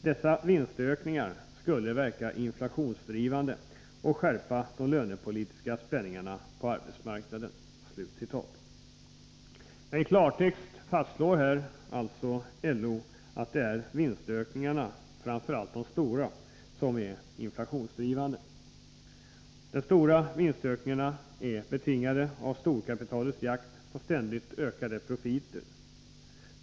Dessa vinstökningar skulle verka inflationsdrivande och skärpa de lönepolitiska spänningarna på arbetsmarknaden.” I klartext fastslår alltså LO här att det är vinstökningarna, framför allt de stora, som är inflationsdrivande. De stora vinstökningarna är betingade av storkapitalets jakt på ständigt ökade profiter.